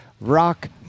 rock